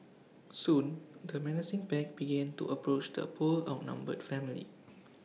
soon the menacing pack began to approach the poor outnumbered family